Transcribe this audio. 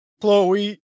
chloe